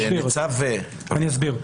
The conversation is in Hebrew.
אני אסביר.